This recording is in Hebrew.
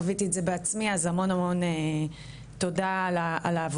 חוויתי את זה בעצמי אז תודה על העבודה